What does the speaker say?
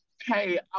hey